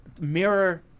mirror